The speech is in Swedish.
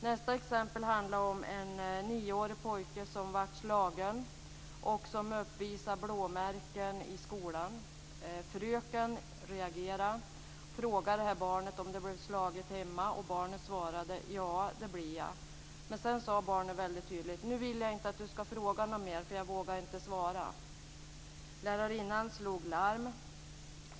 Nästa exempel handlade om en nioårig pojke som blev slagen och som uppvisade blåmärken i skolan. Fröken reagerade och frågade barnet om han blev slagen hemma. Barnet svarade: Ja, det blir jag. Men sedan sade barnet väldigt tydligt: Nu vill jag inte att du ska fråga mer för jag vågar inte svara. Lärarinnan slog larm.